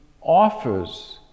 offers